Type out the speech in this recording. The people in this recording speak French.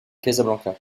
casablanca